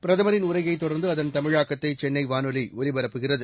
பிரதமரின் உரையைத் தொடர்ந்து அதன் தமிழாக்கத்தை சென்னை வானொலி ஒலிபரப்புகிறது